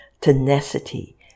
tenacity